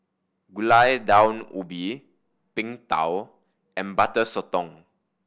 Gulai Daun Ubi Png Tao and Butter Sotong